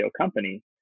company